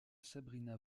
sabrina